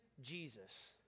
Jesus